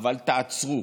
אבל תעצרו.